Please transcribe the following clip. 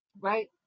right